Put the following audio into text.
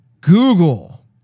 google